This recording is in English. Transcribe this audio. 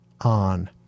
on